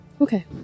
Okay